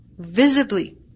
Visibly